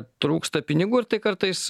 trūksta pinigų ir tai kartais